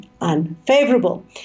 unfavorable